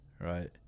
right